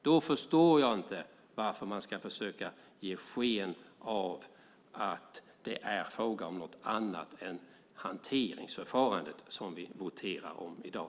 Jag förstår därför inte varför man ska försöka ge sken av att det är fråga om något annat än hanteringsförfarandet vi voterar om i dag.